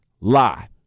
lie